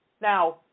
Now